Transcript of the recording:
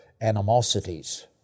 animosities